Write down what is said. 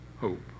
hope